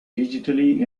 digitally